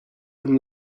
from